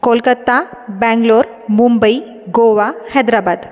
Kolkata Bangalore Mumbai Goa Hyderabad